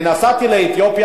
אני נסעתי לאתיופיה,